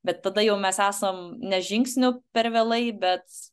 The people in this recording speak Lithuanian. bet tada jau mes esam ne žingsniu per vėlai bet